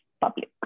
public